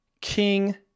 King